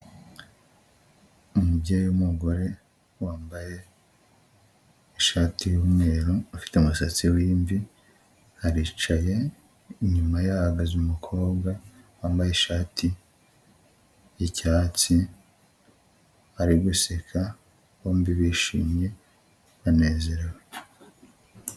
Umubyeyi w'umugore wambaye ishati y'umweru, ufite umusatsi w'imvi aricaye, inyuma ye hahagaze umukobwa wambaye ishati y'icyatsi, bari guseka bombi bishimye banezerewe.